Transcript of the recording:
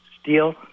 steel